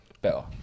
better